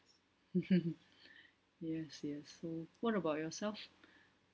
yes yes so what about yourself